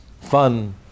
fun